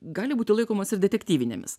gali būti laikomos ir detektyvinėmis